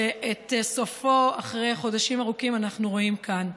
שאת סופו, אחרי חודשים ארוכים, אנחנו רואים כאן.